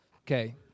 Okay